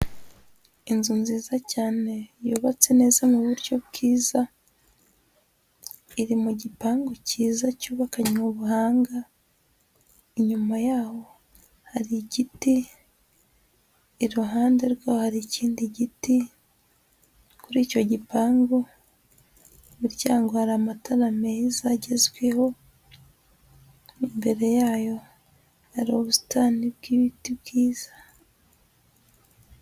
Inzu nziza cyane yubatse neza mu buryo bwiza, iri mu gipangu cyiza cyubakanye ubuhanga, inyuma yaho hari igiti, iruhande rwaho hari ikindi giti, kuri icyo gipangu ku muryango hari amatara meza agezweho, imbere yayo hari ubusitani bw'ibiti bwiza.